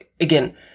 Again